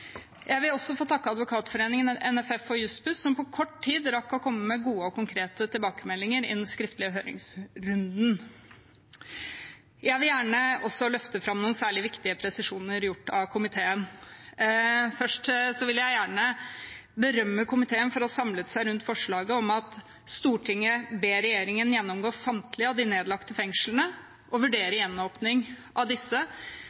Jeg vil også få takke Advokatforeningen, NFF og Jussbuss, som på kort tid rakk å komme med gode og konkrete tilbakemeldinger i den skriftlige høringsrunden. Jeg vil gjerne også løfte fram noen særlig viktige presisjoner gjort av komiteen. Først vil jeg gjerne berømme komiteen for å ha samlet seg rundt forslaget: «Stortinget ber regjeringen gjennomgå samtlige av de nedlagte fengslene og vurdere gjenåpning av disse